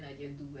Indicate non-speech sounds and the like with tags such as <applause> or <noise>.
<laughs>